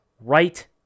right